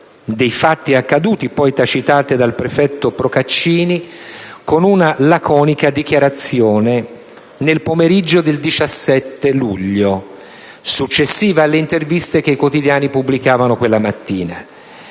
dei fatti accaduti, poi tacitate dal prefetto Procaccini con una laconica dichiarazione nel pomeriggio del 17 luglio, successiva alle interviste che i quotidiani pubblicavano quella mattina.